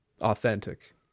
authentic